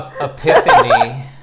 Epiphany